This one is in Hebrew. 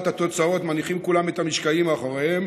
התוצאות מניחים כולם את המשקעים מאחוריהם